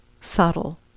subtle